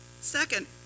Second